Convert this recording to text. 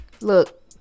look